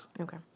Okay